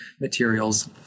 materials